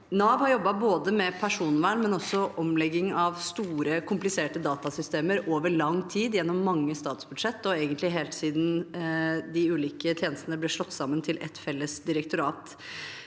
Nav har jobbet både med personvern og med omlegging av store og kompliserte datasystemer over lang tid, gjennom mange statsbudsjetter og egentlig helt siden de ulike tjenestene ble slått sammen til ett felles direktorat.